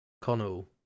Connell